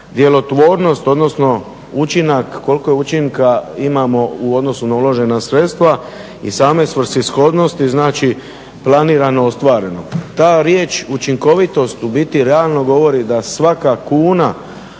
djelotvornost odnosno učinak, koliko učinka imamo u odnosu na uložena sredstva i same svrsishodnosti, znači planirano-ostvareno. Ta riječ učinkovitost u biti realno govori da svaka kuna